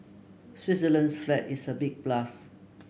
Switzerland's flag is a big plus